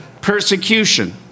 persecution